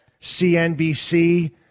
CNBC